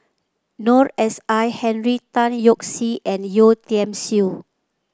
Noor S I Henry Tan Yoke See and Yeo Tiam Siew